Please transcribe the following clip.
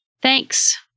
Thanks